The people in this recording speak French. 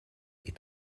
est